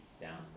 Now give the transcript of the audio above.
down